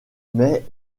mais